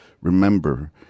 Remember